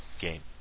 game